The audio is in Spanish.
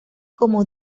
como